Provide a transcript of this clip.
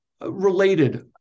related